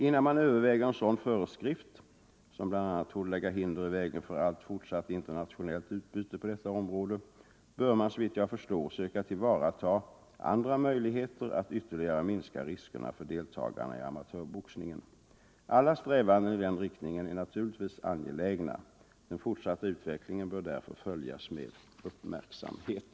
Innan man överväger en sådan föreskrift — som bl.a. torde lägga hinder i vägen för allt fortsatt internationellt utbyte på detta område — bör man såvitt jag förstår söka tillvarata andra möjligheter att ytterligare minska riskerna för deltagarna i amatörboxningen. Alla strävanden i den riktningen är naturligtvis angelägna. Den fortsatta utvecklingen bör därför följas med uppmärksamhet.